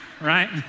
right